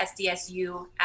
SDSU